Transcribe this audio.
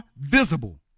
visible